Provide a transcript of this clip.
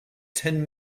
ten